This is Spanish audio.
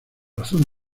razón